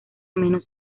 menos